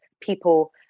people